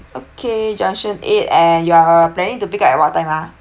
okay junction eight and you are planning to pick up at what time ah